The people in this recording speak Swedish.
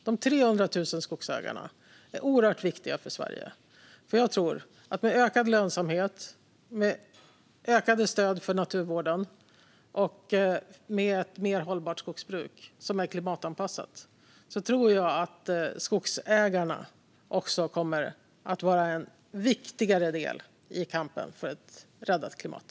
De 300 000 skogsägarna är oerhört viktiga för Sverige, för jag tror att med ökad lönsamhet, med ökande stöd för naturvården och med ett mer hållbart skogsbruk som är klimatanpassat kommer skogsägarna också att vara en viktigare del i kampen för ett räddat klimat.